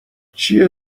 چیه